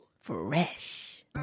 Fresh